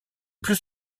plus